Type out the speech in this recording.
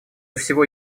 всего